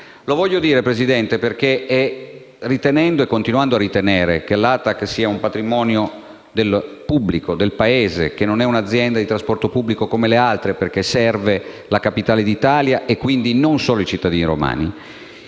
signor Presidente, perché, ritenendo e continuando a ritenere che l'ATAC sia un patrimonio pubblico del Paese e che non è un'azienda di trasporto pubblico come le altre, in quanto serve la Capitale d'Italia e quindi non solo i cittadini romani,